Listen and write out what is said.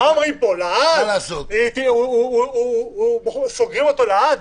מה אומרים פה: סוגרים אותו לעד,